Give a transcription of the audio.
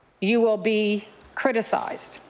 you will be criticized.